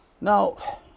Now